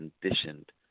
conditioned